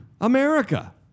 America